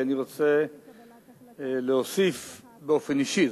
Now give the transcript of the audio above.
כי אני רוצה להוסיף באופן אישי,